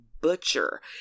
butcher